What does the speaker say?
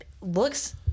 looks